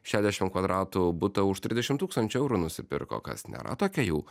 šešiasdešim kvadratų butą už trisdešim tūkstančių eurų nusipirko kas nėra tokia jau